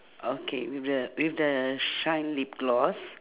okay with the with the shine lip gloss